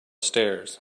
stairs